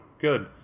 good